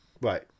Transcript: right